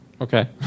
Okay